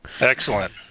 Excellent